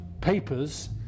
papers